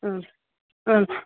ಹ್ಞೂ ರಿ ಹ್ಞೂ